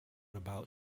about